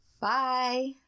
Bye